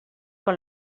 con